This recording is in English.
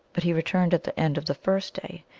but he returned at the end of the first day,